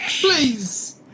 Please